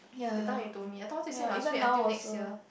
that time you told me I thought this year must wait until next year